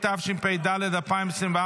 התשפ"ד 2024,